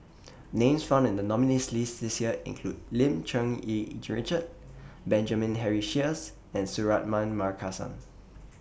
Names found in The nominees' list This Year include Lim Cherng Yih Richard Benjamin Henry Sheares and Suratman Markasan